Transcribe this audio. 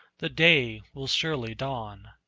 the day will surely dawn.